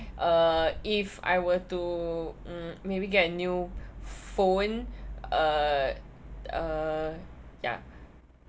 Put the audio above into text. uh if I were to mm maybe get a new phone uh uh ya